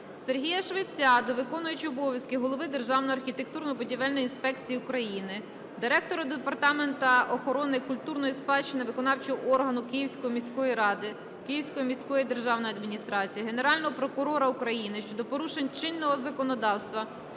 Сергія Швеця до виконуючого обов'язки голови Державної архітектурно-будівельної інспекції України, директора Департаменту охорони культурної спадщини виконавчого органу Київської міської ради (Київської міської державної адміністрації), Генерального прокурора України щодо порушень чинного законодавства